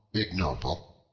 ignoble,